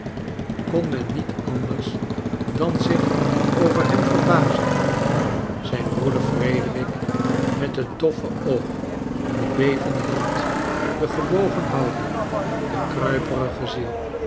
kon men niet anders dan zich over hem verbazen zijn broeder frederick met het doffe oog de bevende hand de gebogen houding de kruiperige ziel